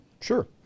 Sure